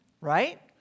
Right